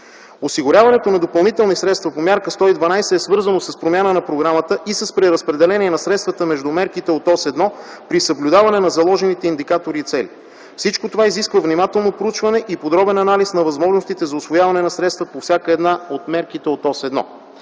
Осигуряването на допълнителни средства по Мярка 112 е свързано с промяна на програмата и с преразпределение на средствата между мерките от Ос 1, при съблюдаване на заложените индикатори и цели. Всичко това изисква внимателно проучване и подробен анализ на възможностите за усвояване на средства по всяка една от мерките от Ос 1.